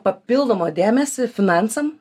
papildomą dėmesį finansam